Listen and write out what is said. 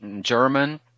German